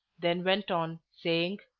then went on, saying,